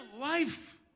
life